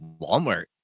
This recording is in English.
Walmart